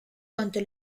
quanto